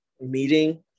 meeting